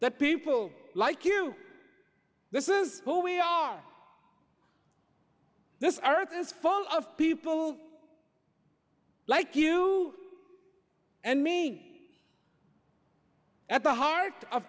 that people like you this is who we are this earth is full of people like you and me at the heart of